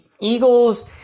Eagles